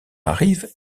arrive